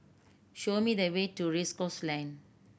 show me the way to Race Course Lane